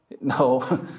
no